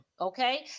okay